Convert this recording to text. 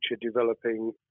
developing